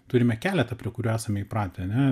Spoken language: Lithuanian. turime keletą prie kurių esame įpratę ane